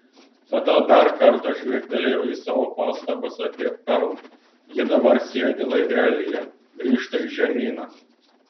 tada dar kartą žvilgtelėjo į savo pastabas apie perl ji dabar sėdi laivelyje grįžta į žemyną